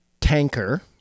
tanker